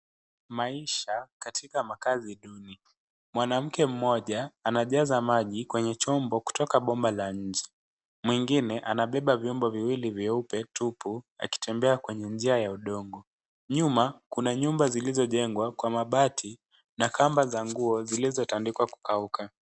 Maisha katika makazi duni mwanamke mmoja anajaza maji kutoka kwenye chombo kutoka pomba la nje . Mwingine anabeba vyombo vingine vyeupe tupu akitembea kwenye njia ya udongo nyuma, kuna nyumba zilizojengwa kwa mapati na kamba za nguo zilizotandikwa kukauka.